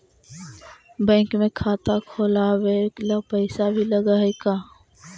Bank में खाता खोलाबे ल पैसा भी लग है का?